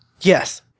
Yes